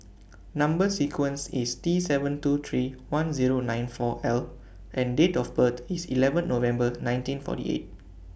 Number sequence IS T seven two three one Zero nine four L and Date of birth IS eleven November nineteen forty eight